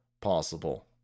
possible